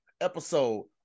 episode